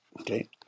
Okay